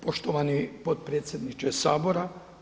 Poštovani potpredsjedniče Sabora.